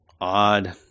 odd